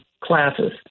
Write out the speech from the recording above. classes